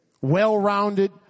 Well-rounded